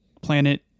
planet